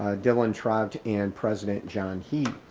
dylan trout and president john hii.